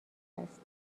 است